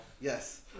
Yes